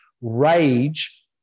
Rage